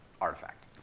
artifact